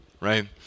Right